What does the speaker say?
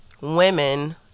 women